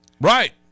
Right